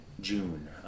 June